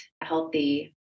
healthy